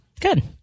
Good